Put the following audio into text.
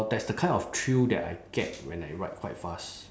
there's the kind of thrill that I get when I ride quite fast